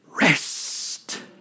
rest